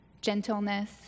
gentleness